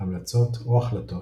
המלצות או החלטות